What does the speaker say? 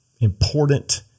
important